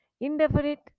indefinite